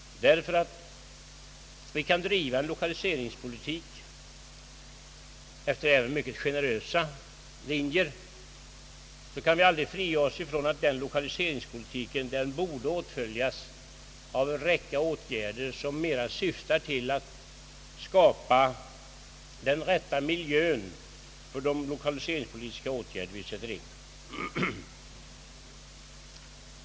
Även om vi kan driva en lokaliseringspolitik efter mycket generösa linjer, så kan vi aldrig frigöra oss från att den lokaliseringspolitiken borde åtföljas av en rad åtgärder som mera syftar till att skapa den rätta miljön för de lokaliseringspolitiska åtgärder vi sätter in.